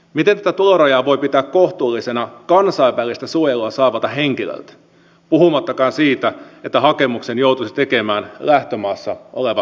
miten tätä tulorajaa voi pitää kohtuullisena kansainvälistä suojelua saavalle henkilölle puhumattakaan siitä että hakemuksen joutuisi tekemään lähtömaassa oleva omainen